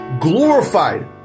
glorified